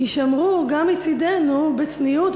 יישמרו גם מצדנו בצניעות,